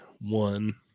one